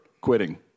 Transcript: quitting